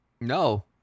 No